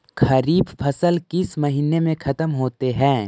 खरिफ फसल किस महीने में ख़त्म होते हैं?